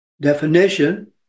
definition